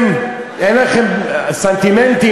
אין לכם סנטימנטים,